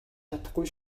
чадахгүй